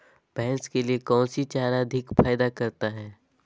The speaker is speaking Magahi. भैंस के लिए कौन सी चारा अधिक फायदा करता है?